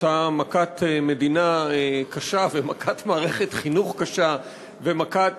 אותה מכת מדינה קשה ומכת מערכת-חינוך קשה ומכת